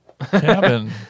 Cabin